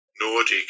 Nordic